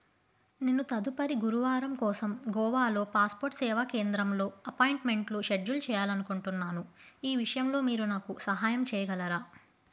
నేను తదుపరి గురువారం కోసం గోవాలో పాస్పోర్ట్ సేవా కేంద్రంలో అపాయింట్మెంట్లు షెడ్యూల్ చేయాలి అనుకుంటున్నాను ఈ విషయంలో మీరు నాకు సహాయం చేయగలరా